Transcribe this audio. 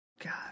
God